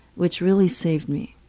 which really saved me.